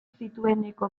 zitueneko